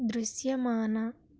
దృశ్యమాన